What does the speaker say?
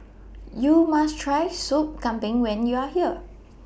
YOU must Try Soup Kambing when YOU Are here